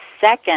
second